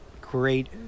great